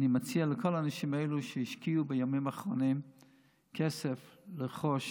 אני מציע לכל האנשים שהשקיעו בימים האחרונים כסף לרכוש